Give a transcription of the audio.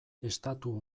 estatu